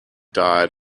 died